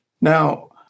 Now